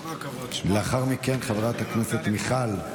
לאחר מכן, חברת הכנסת מיכל.